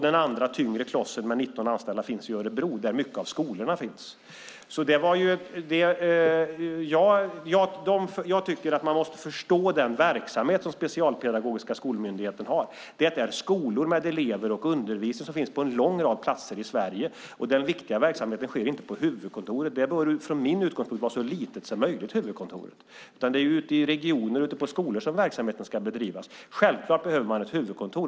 Den andra tyngre klossen med 19 anställda finns i Örebro, där många av skolorna finns. Man måste förstå den verksamhet som Specialpedagogiska skolmyndigheten har. Det är skolor med elever och undervisning som finns på en lång rad platser i Sverige. Den viktiga verksamheten sker inte på huvudkontoret. Huvudkontoret bör utifrån min utgångspunkt vara så litet som möjligt. Det är ute i regioner och på skolor som verksamheten ska bedrivas. Man behöver självklart ett huvudkontor.